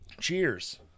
cheers